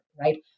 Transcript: right